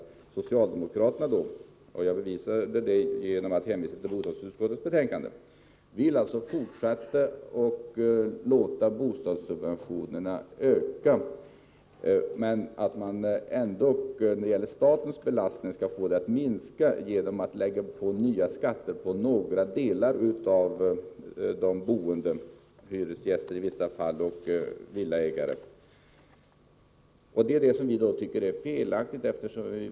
Socialdemokraterna vill — och jag påvisade detta genom att hänvisa till bostadsutskottets betänkande — fortsätta att låta bostadssubventionerna öka, samtidigt som de vill få belastningen på staten att minska genom att lägga på nya skatter för några grupper av boende, hyresgäster i vissa fall och villaägare. Detta tycker vi är felaktigt.